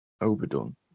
overdone